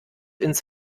ins